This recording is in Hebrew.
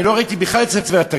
אני לא ראיתי בכלל את ספר התקציב,